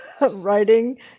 writing